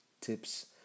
tips